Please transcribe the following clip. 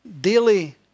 daily